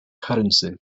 currency